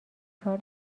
کار